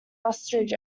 ostrich